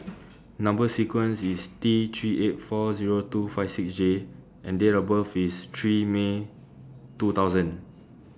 Number sequence IS T three eight four Zero two five six J and Date of birth IS three May two thousand